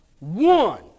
one